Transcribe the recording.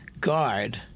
guard